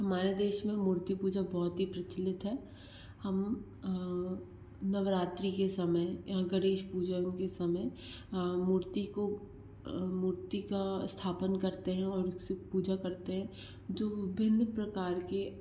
हमारे देश में मूर्ति पूजा बहुत ही प्रचलित है हम नवरात्री के समय गणेश पूजन के समय मूर्ति को मूर्ति का स्थापन करते हैं और उसी की पूजा करते हैं जो विभिन्न प्रकार के